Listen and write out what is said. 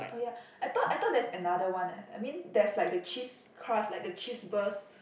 oh ya I thought I thought that's another one eh I mean there's like the cheese crust like the cheese burst